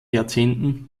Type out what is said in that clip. jahrzehnten